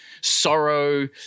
sorrow